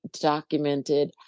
documented